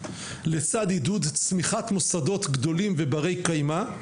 לצד עידוד מוסדות גדולים וברי-קיימא,